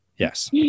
Yes